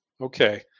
okay